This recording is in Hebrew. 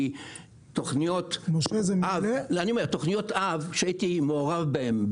כי תוכניות אב שהייתי מעורב בהם,